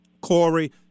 Corey